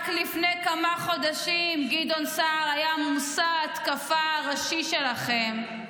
רק לפני כמה חודשים גדעון סער היה מושא ההתקפה הראשי שלכם.